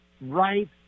right